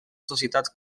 societat